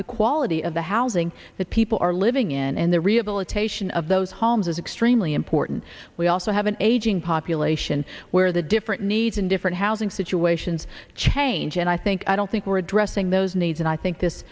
the quality of the housing that people are living in and the rehabilitation of those homes is extremely important we also have an aging population where the different needs in different housing situations change and i think i don't think we're addressing those needs and i think this